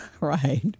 Right